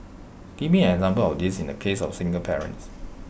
give me an example of this in the case of single parents